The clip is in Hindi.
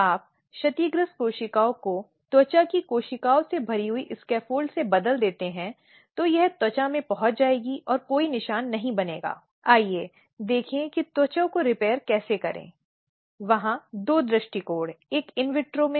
इसलिए जब इस तरह की शिकायत समिति के सामने आती है तो यह समझने के लिए समिति होती है कि क्या यौन उत्पीड़न की गति का मामला बनता है